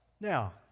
Now